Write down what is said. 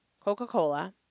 Coca-Cola